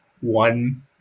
one